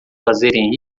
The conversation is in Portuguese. fazerem